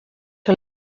que